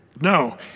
No